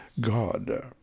God